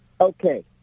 Okay